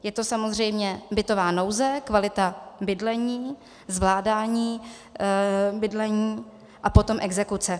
Je to samozřejmě bytová nouze, kvalita bydlení, zvládání bydlení a potom exekuce.